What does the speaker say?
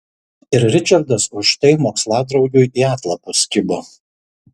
ir ričardas už tai moksladraugiui į atlapus kibo